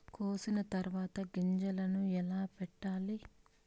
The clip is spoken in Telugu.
కోసిన తర్వాత గింజలను ఎలా పెట్టాలి